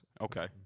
Okay